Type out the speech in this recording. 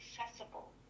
accessible